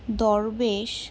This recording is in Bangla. দরবেশ